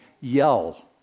yell